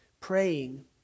praying